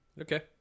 Okay